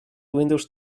windows